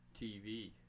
TV